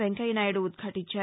వెంకయ్యనాయుడు ఉద్భాటించారు